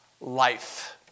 Life